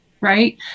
Right